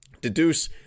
deduce